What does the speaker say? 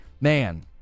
man